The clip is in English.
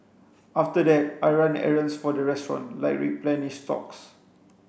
after that I run errands for the restaurant like replenish socks